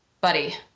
buddy